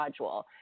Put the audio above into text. module